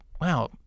wow